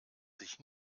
sich